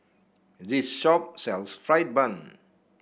this shop sells fried bun